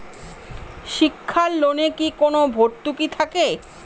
শিক্ষার লোনে কি কোনো ভরতুকি থাকে?